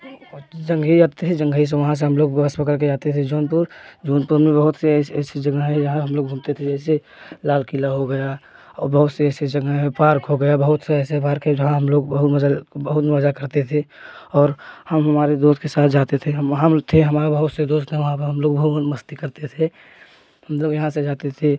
जंघई जाते है जंघई से वहाँ से हम लोग बस पकड़ के जाते थे जौनपुर जौनपुर में बहुत सी ऐस ऐसी जगह है जहाँ हम लोग घूमते थे जैसे लाल किला हो गया और बहुत सी ऐसी जगह है पार्क हो गया बहुत से ऐसे पार्क है जहाँ हम लोग बहुत मज़ा बहुत मज़ा करते थे और हम हमारे दोस्ते से साथ जाते थे हम थे हमारे बहुत से दोस्त है वहाँ पर हम लोग अपन मस्ती करते थे हम लोग यहाँ से जाते थे